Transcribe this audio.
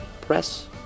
press